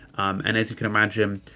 and as you can imagine,